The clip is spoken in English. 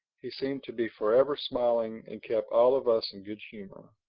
he seemed to be forever smiling and kept all of us in good humor.